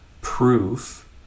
proof